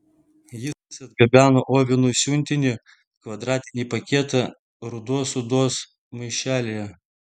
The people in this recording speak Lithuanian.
jis atgabeno ovenui siuntinį kvadratinį paketą rudos odos maišelyje